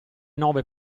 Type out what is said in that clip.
nove